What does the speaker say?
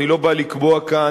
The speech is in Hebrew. אני לא בא לקבוע כאן,